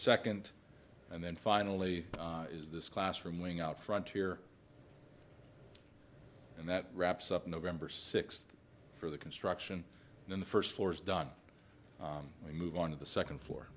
second and then finally is this classroom wing out front here and that wraps up november sixth for the construction then the first floor is done we move on to the second floor